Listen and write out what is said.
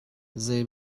zei